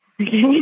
Okay